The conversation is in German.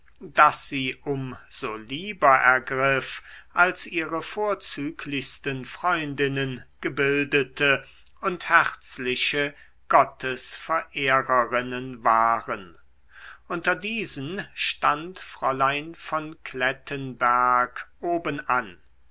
das sie um so lieber ergriff als ihre vorzüglichsten freundinnen gebildete und herzliche gottesverehrerinnen waren unter diesen stand fräulein von klettenberg obenan